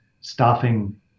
staffing